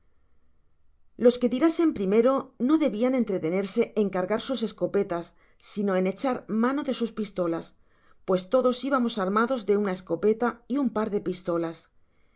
los que tirasen primero lio debian entretenerse en cargar sus escopetas sino echar mano de sus pistolas pues todos ibamos armados de una escopeta y un par de pistolas